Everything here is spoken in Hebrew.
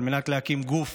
על מנת להקים גוף